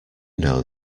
know